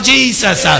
Jesus